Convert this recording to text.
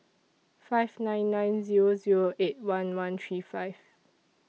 five nine nine Zero Zero eight one one three five